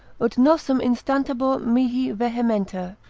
ut nossem, instabatur mihi vehementer,